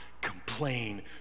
complain